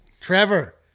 Trevor